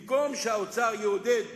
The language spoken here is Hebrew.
במקום שהאוצר יעודד